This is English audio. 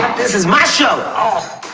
this is my show. oh,